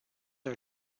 are